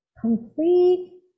complete